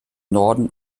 norden